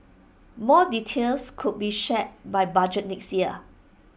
more details could be shared by budget next year